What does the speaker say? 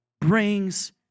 brings